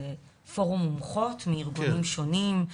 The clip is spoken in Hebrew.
שהוא פורום מוחות מארגונים שונים: